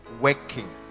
working